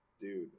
dude